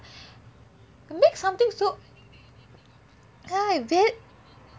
make something so ya very